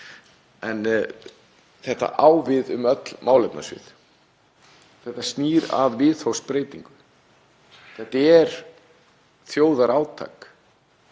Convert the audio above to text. En þetta á við um öll málefnasvið. Þetta snýr að viðhorfsbreytingu. Þetta er þjóðarátak